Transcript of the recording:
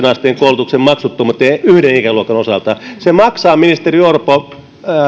asteen koulutuksen maksuttomuuteen yhden ikäluokan osalta se maksaa ministeri orpo